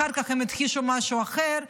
אחר כך הם הכחישו משהו אחר.